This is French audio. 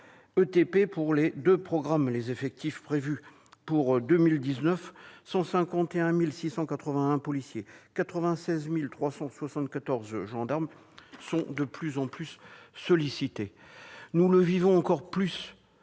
ETP pour les deux programmes. Les effectifs prévus pour 2019, soit 151 680 policiers et 96 374 gendarmes, sont de plus en plus sollicités. C'est encore plus